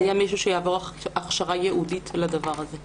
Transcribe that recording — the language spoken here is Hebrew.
זה יהיה מישהו שיעבור הכשרה ייעודית לדבר הזה.